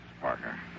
Parker